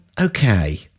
Okay